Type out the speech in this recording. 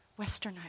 westernized